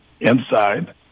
inside